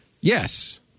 Yes